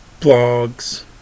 ...blogs